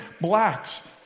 blacks